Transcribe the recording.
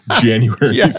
January